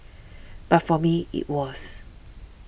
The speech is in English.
but for me it was